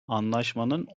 anlaşmanın